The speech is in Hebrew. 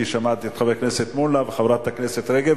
כי שמעתי את חבר הכנסת מולה וחברת הכנסת רגב,